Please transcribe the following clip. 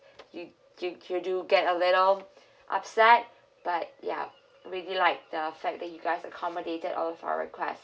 you you you do get a little upset but ya really liked the fact that you guys accommodated all of our request